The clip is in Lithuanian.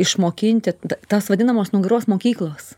išmokinti tos vadinamos nugaros mokyklos